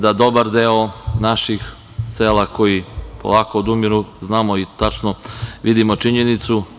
Da dobar deo naših sela polako odumire znamo i tačno vidimo tu činjenicu.